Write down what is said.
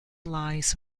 lies